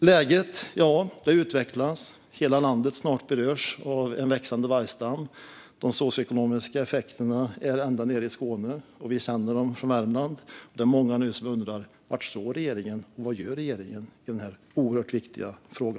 Läget utvecklas, och hela landet berörs snart av en växande vargstam. De socioekonomiska effekterna märks ända nere i Skåne, och vi känner av dem väl i Värmland. Många undrar var regeringen står och vad regeringen gör i denna oerhört viktiga fråga.